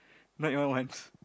not even once